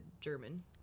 german